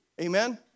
amen